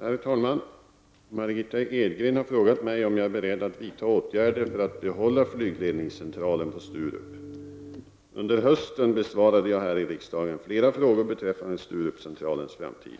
Herr talman! Margitta Edgren har frågat mig om jag är beredd att vidta åtgärder för att behålla flygledningscentralen på Sturup. Under hösten besvarade jag här i riksdagen flera frågor beträffande Sturupcentralens framtid.